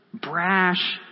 brash